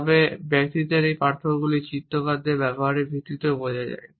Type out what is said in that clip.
তবে ব্যক্তিত্বের এই পার্থক্যগুলি চিত্রকরদের ব্যবহারের ভিত্তিতেও বোঝা যায়